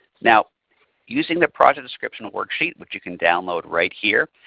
now using the project description worksheet which you can download right here.